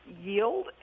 yield